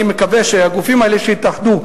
אני מקווה שהגופים האלה שהתאחדו,